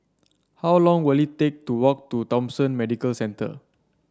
how long will it take to walk to Thomson Medical Centre